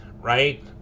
right